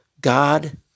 God